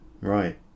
right